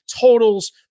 totals